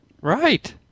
Right